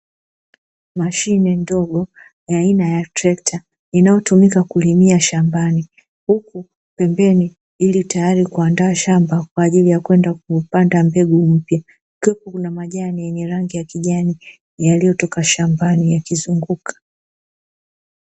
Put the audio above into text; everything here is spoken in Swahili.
Mashine ndogo ya aina ya trekta, inayotumika kulimia shambani, huku pembeni ili tayali kuaandaa shamba kwajili ya kwenda kupanda mbegu mpya, huku kuna majani yenye rangi ya kijani yaliyo toka shambani yakizunguka.